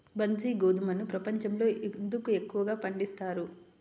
బన్సీ గోధుమను ప్రపంచంలో ఎందుకు ఎక్కువగా పండిస్తారు?